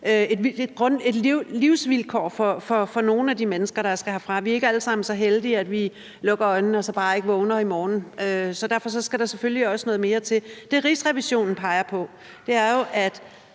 et livsvilkår for nogle af de mennesker, som skal herfra. Vi er ikke alle sammen så heldige, at vi lukker øjnene og bare ikke vågner næste morgen, så derfor skal der også noget mere til. Det, Rigsrevisionen peger på, er jo, at